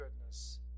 goodness